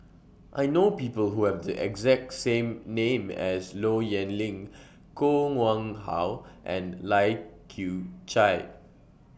I know People Who Have The exact same name as Low Yen Ling Koh Nguang How and Lai Kew Chai